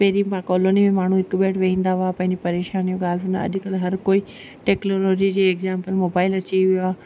पहिरीं माण्हू कॉलोनी में हिक ॿिए वटि वहींदा हुआ पंहिंजी परेशानियूं ॻाल्हियूं अॼु कल्ह हर कोई टेक्नोलॉजी जे एक्जाम ते मोबाइल अची वियो आहे